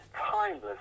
timeless